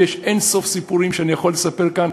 ויש אין-סוף סיפורים שאני יכול לספר כאן.